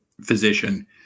physician